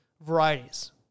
varieties